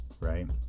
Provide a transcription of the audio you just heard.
right